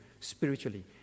spiritually